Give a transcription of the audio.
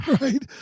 right